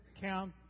count